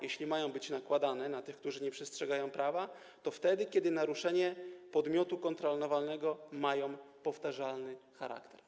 Jeśli kary mają być nakładane na tych, którzy nie przestrzegają prawa, to wtedy, kiedy naruszenia podmiotu kontrolowanego mają powtarzalny charakter.